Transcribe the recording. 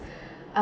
um